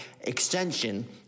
extension